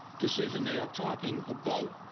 decision they are talking about